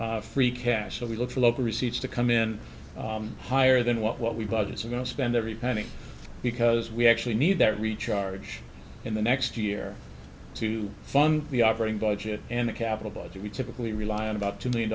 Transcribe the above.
free cash so we look for local receipts to come in higher than what we budgets are going to spend every penny because we actually need that recharge in the next year to fund the operating budget and the capital budget we typically rely on about two million